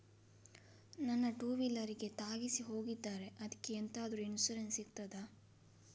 ನನ್ನ ಟೂವೀಲರ್ ಗೆ ತಾಗಿಸಿ ಹೋಗಿದ್ದಾರೆ ಅದ್ಕೆ ಎಂತಾದ್ರು ಇನ್ಸೂರೆನ್ಸ್ ಸಿಗ್ತದ?